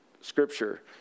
scripture